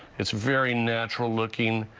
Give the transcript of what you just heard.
it's very natural looking.